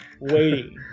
waiting